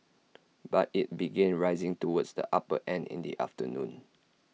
but IT began rising towards the upper end in the afternoon